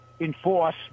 enforce